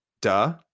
Duh